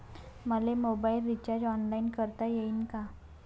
मले mobile recharge online करता येईन का?